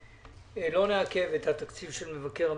שלא נעכב את התקציב של מבקר המדינה.